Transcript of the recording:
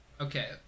Okay